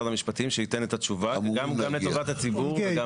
המשפטים שייתן את התשובה גם לטובת הציבור.